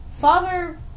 Father